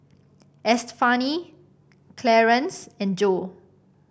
Estefani Clarence and Joe